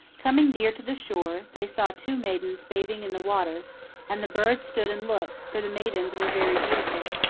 coming near to the shore, they saw two maidens bathing in the water and the birds stood and looked, for the maidens were very beautiful.